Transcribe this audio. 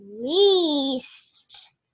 least